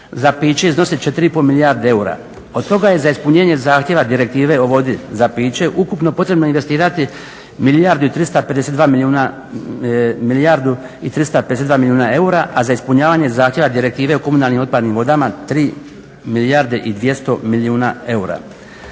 za piće iznosit će 3,5 milijarde eura. Od toga je za ispunjenje zahtjeva direktive o vodi za piće ukupno potrebno investirati milijardu i 352 milijuna eura, a za ispunjavanje zahtjeva direktive o komunalnim otpadnim vodama tri milijarde i 200 milijuna eura.